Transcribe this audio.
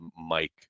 Mike